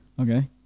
Okay